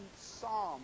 psalm